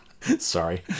Sorry